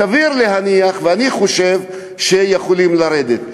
סביר להניח, אני חושב, יכולים לרדת.